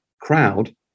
crowd